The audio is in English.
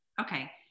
okay